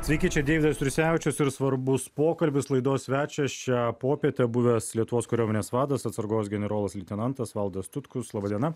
sveiki čia deividas jursevičius ir svarbus pokalbis laidos svečias šią popietę buvęs lietuvos kariuomenės vadas atsargos generolas leitenantas valdas tutkus laba diena